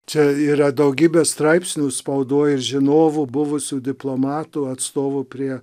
čia yra daugybė straipsnių spaudoj ir žinovų buvusių diplomatų atstovų prie